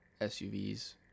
SUVs